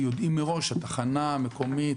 יודעים מראש התחנה המקומית,